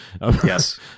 yes